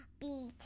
beat